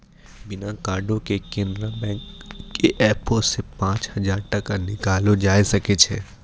बिना कार्डो के केनरा बैंक के एपो से पांच हजार टका निकाललो जाय सकै छै